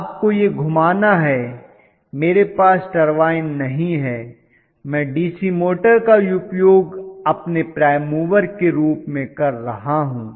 आपको इसे घुमाना है मेरे पास टरबाइन नहीं है मैं डीसी मोटर का उपयोग अपने प्राइम मूवर के रूप में कर रहा हूं